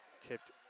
Tipped